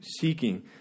seeking